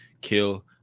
kill